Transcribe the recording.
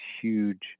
huge